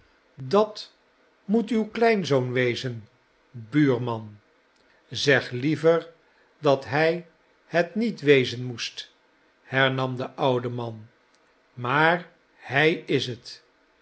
dat moet uw kleinzoon wezen buurman i zeg liever dat hij het niet wezen moest hernam de oude man maar hij is het